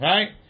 Right